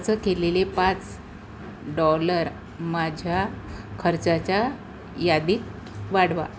खर्च केलेले पाच डॉलर माझ्या खर्चाच्या यादीत वाढवा